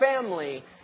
family